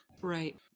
Right